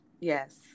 Yes